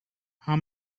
how